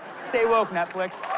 stay woke, netflix.